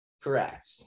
Correct